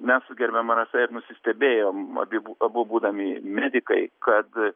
mes su gerbiama rasa ir nusistebėjom abi bu abu būdami medikai kad